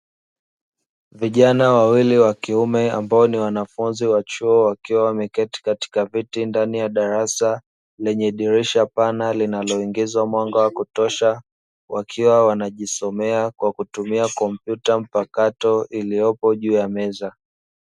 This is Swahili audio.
Vijana wawili wa kiume ambao ni wanafunzi wa chuo wakiwa wameketi katika viti ndani ya darasa lenye dirisha pana linaloingizwa mwanga wa kutosha, wakiwa wanajisomea kwa kutumia kompyuta mpakato iliyopo juu ya meza.